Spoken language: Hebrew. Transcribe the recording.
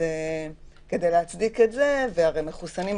כדי להצדיק את זה והרי מחוסנים,